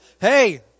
hey